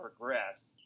progressed